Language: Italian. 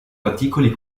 articoli